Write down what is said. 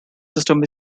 system